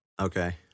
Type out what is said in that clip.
Okay